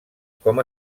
com